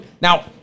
Now